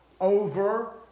over